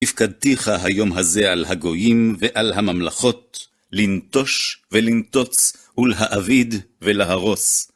הפקדתיך היום הזה על הגויים ועל הממלכות, לנטוש ולנטוץ, ולהאביד ולהרוס.